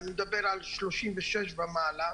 אני מדבר על 36 ומעלה,